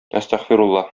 әстәгъфирулла